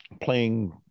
playing